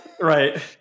Right